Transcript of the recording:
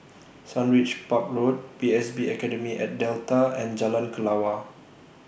Sundridge Park Road P S B Academy At Delta and Jalan Kelawar